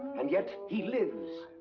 and yet he lives!